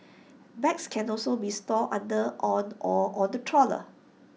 bags can also be stored under or on the stroller